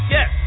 Yes